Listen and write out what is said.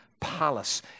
palace